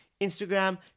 Instagram